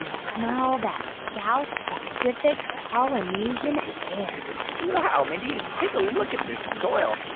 and smell that south pacific polynesian air wow, mindy. take a look at this soil.